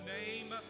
name